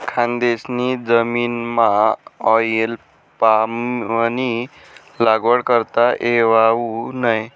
खानदेशनी जमीनमाऑईल पामनी लागवड करता येवावू नै